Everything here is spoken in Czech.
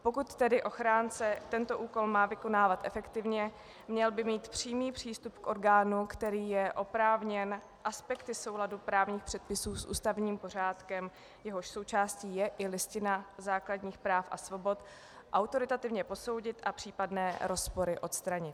Pokud tedy ochránce tento úkol má vykonávat efektivně, měl by mít přímý přístup k orgánu, který je oprávněn aspekty souladu právních předpisů s ústavním pořádkem, jehož součástí je i Listina základních práv a svobod, autoritativně posoudit a případné rozpory odstranit.